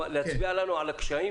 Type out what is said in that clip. להצביע על הקשיים?